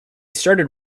started